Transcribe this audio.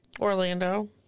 Orlando